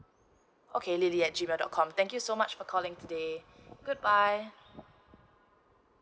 okay lily at G mail dot com thank you so much for calling today goodbye